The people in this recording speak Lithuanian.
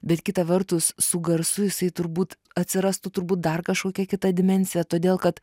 bet kita vertus su garsu jisai turbūt atsirastų turbūt dar kažkokia kita dimensija todėl kad